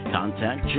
contact